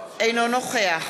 אינו נוכח